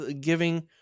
giving